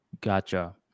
Gotcha